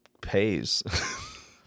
pays